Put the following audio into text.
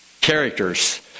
characters